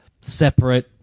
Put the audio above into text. separate